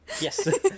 Yes